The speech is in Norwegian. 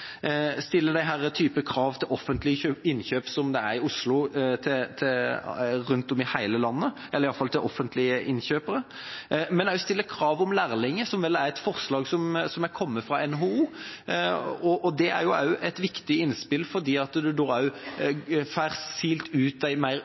stille den type krav til offentlige innkjøp som det er i Oslo, rundt om i hele landet, eller i hvert fall til offentlige innkjøpere, og også stille krav om lærlinger, som vel er et forslag som har kommet fra NHO. Det er et viktig innspill fordi man da